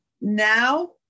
now